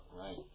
Right